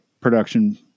production